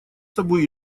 собой